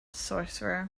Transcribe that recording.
sorcerer